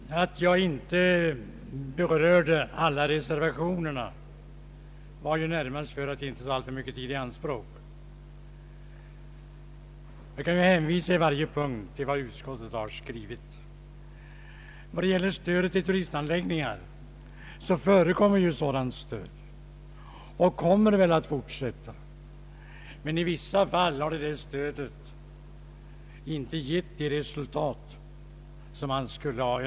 Herr talman! Att jag inte berörde alla reservationerna berodde närmast på att jag inte ville ta alltför mycket tid i anspråk. Jag kan ju hänvisa på varje punkt till vad utskottet har skrivit. Stöd till turistanläggningar lämnas och det kommer väl att fortsätta, men i vissa fall har det stödet inte givit de resultat som man önskat.